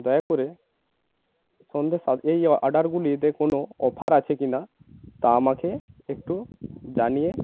দয়া করে সন্ধ্যে সাত এই অর্ডারগুলিতে কোনো অফার আছে কিনা তা আমাকে একটু জানিয়ে